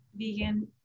vegan